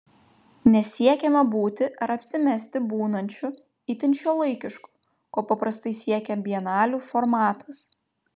nesiekiama būti ar apsimesti būnančiu itin šiuolaikišku ko paprastai siekia bienalių formatas